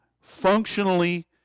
functionally